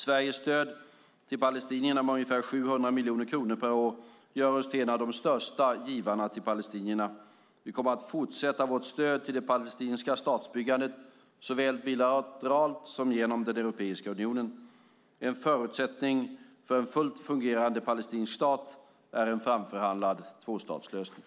Sveriges stöd till palestinierna om ungefär 700 miljoner kronor per år gör oss till en av de största givarna till palestinierna. Vi kommer att fortsätta vårt stöd till det palestinska statsbyggandet, såväl bilateralt som genom Europeiska unionen. En förutsättning för en fullt fungerande palestinsk stat är en framförhandlad tvåstatslösning.